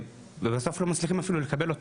ובסוף לא מצליחים אפילו לקבל אותן.